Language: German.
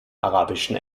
arabischen